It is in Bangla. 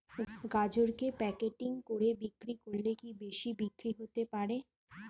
গাজরকে প্যাকেটিং করে বিক্রি করলে কি বেশি বিক্রি হতে পারে?